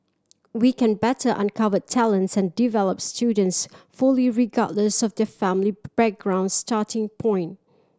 we can better uncover talents and develop students fully regardless of their family background starting point